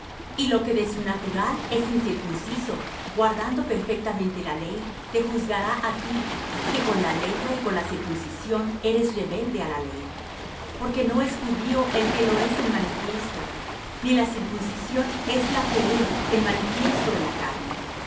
y lo que de su natural es incircunciso guardando perfectamente la ley te juzgará á ti que con la letra y con la circuncisión eres rebelde á la ley porque no es judío el que lo es en manifiesto ni la circuncisión es la que es en manifiesto en la carne